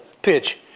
Pitch